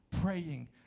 praying